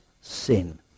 sin